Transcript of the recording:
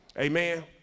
Amen